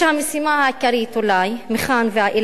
שהמשימה העיקרית אולי מכאן ואילך,